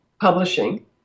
publishing